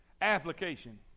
Application